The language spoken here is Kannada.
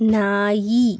ನಾಯಿ